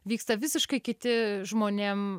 vyksta visiškai kiti žmonėm